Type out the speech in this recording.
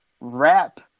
rap